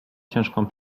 ciężką